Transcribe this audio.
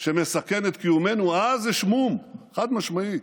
שמסכן את קיומנו, אז זה "שמום", חד-משמעית.